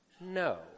No